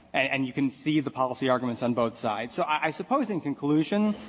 and and you can see the policy arguments on both sides. so i i suppose in conclusion,